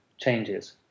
Changes